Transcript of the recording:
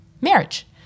marriage